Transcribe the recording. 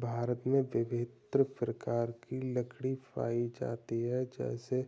भारत में विभिन्न प्रकार की लकड़ी पाई जाती है जैसे